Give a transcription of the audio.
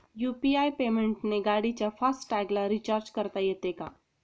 UPI पेमेंटने गाडीच्या fast टॅगला रिर्चाज करता येते का?